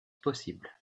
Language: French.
possible